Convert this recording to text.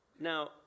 Now